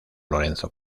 lorenzo